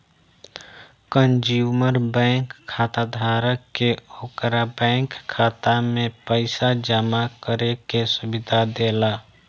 consumer bank खाताधारक के ओकरा बैंक खाता में पइसा जामा करे के सुविधा देला